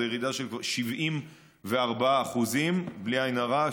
היא ירידה של 74% בלי עין רעה,